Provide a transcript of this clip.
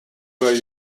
where